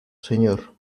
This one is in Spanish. señor